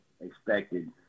expected